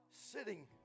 sitting